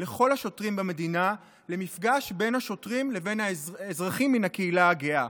לכל השוטרים במדינה למפגש בין השוטרים לבין האזרחים מן הקהילה הגאה.